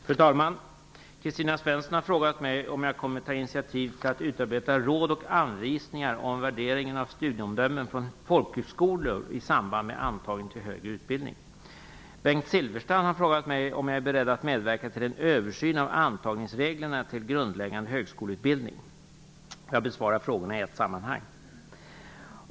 Fru talman! Kristina Svensson har frågat mig om jag kommer att ta initiativ till att utarbeta råd och anvisningar om värderingen av studieomdömen från folkhögskolor i samband med antagning till högre utbildning. Bengt Silfverstrand har frågat mig om jag är beredd att medverka till en översyn av antagningsreglerna till grundläggande högskoleutbildning. Jag besvarar frågorna i ett sammanhang.